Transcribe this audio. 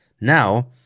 Now